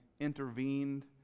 intervened